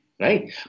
Right